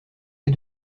les